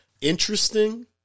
Interesting